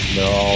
no